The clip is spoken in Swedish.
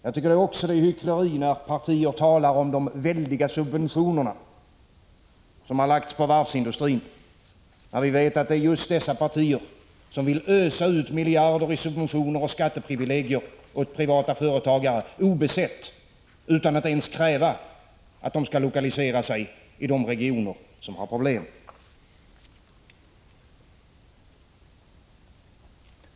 Det är också hyckleri när partier talar om de väldiga subventioner som har lagts på varvsindustrin, när vi vet att det är just dessa partier som vill ösa ut miljarder i subventioner och skatteprivilegier åt privata företagare, obesett, utan att ens kräva att de skall lokalisera sig i de regioner som har problem.